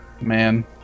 Man